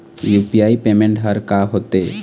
UPI payment हर का होते?